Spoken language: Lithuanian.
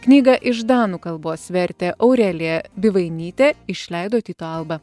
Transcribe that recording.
knygą iš danų kalbos vertė aurelija bivainytė išleido tyto alba